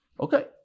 Okay